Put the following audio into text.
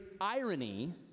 irony